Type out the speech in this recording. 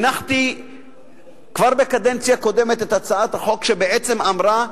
הנחתי כבר בקדנציה הקודמת את הצעת החוק שאמרה,